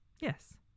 yes